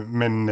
men